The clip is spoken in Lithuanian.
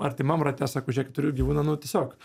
artimam rate sako žiūrėkit turiu gyvūną nu tiesiog